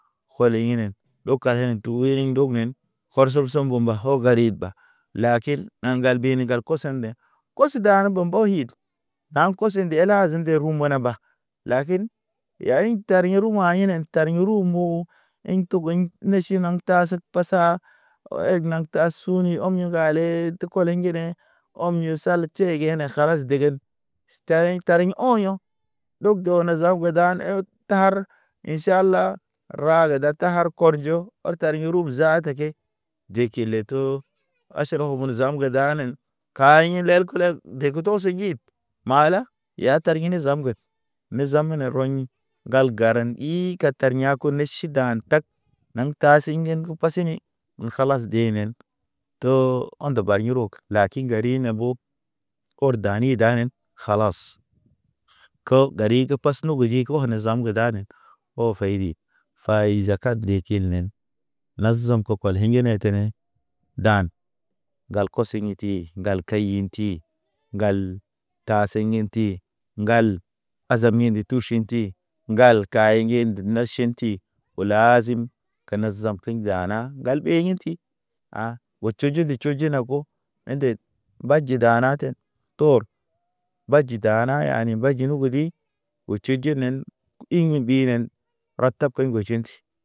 Hole inen ɗog kanen to horiŋ ndog men hor so soŋgo mba ho garid ba. Lakin na ŋgal be ni gal kosen ndḛ. Kos dan mbo mbo hid, ɗan kos nde la zen de ru mana ba. Lakin, ya in tar yḛ ruma ine tar ye rumbo. Eɲ togoɲ neʃi naŋ ta seg pasaa. O eg naŋ ta suni ɔm yi ŋgale te kole njene ɔm yo tʃek. Tʃege ne kalas degen tariŋ-tariŋ ɔyo̰. Ɗow gewne zab ge dane ed. Tar in ʃala, ra ge da ta har kɔr jo, ɔr tariŋ ɲi rubu zaata ke De kile to, aʃan ne omon zam ge danen. Kaɲi lel kolek dege to se njid. Mala ya tar ine zam ŋged. Me zam inə rɔɲi, gal garen ii kata tar ya̰ ko ne ʃi dan tag. Naŋ ka si ŋgen ge pasini. Kalas denen to ondo rog lakin lakiŋga ri ne bo. Or dani danen kalas. Kew gari ge pas nuge ji ge wa ne zam ge danen, o fay di, fa izakat nde kil nen. Na zom ke kɔl hinge ne tene, dan ŋgal kɔsɔ inti, ŋgal kay inti. Ŋgal ta sey ɲəti, ŋgal azami nde tuʃinti. Ŋgal kaheŋ ŋge ndub naʃinti. Olaa zim, kana zam feɲ dana ŋgal ɓe inti. oo tuju ne tʃu di tʃujuna ko Tor baji dana yani mba jini odi oo Tchejenen, ing biren. Ra tab key ŋgoje ti.